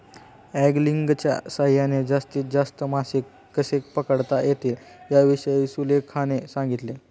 अँगलिंगच्या सहाय्याने जास्तीत जास्त मासे कसे पकडता येतील याविषयी सुलेखाने सांगितले